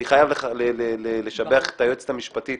אני חייב לשבח את היועצת המשפטית